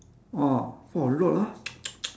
!wah! !wah! a lot ah